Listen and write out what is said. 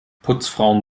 putzfrauen